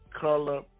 color